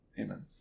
Amen